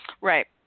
Right